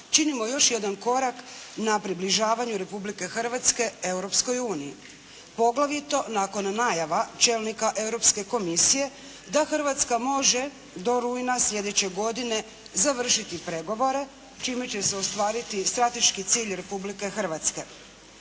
činimo još jedan korak na približavanju Republike Hrvatske Europskoj uniji. Poglavito nakon najava čelnika Europske komisije da Hrvatska može do rujna sljedeće godine završiti pregovore čime će se ostvariti strateški cilj Republike Hrvatske.